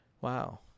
Wow